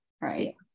right